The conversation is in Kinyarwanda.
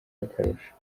akarusho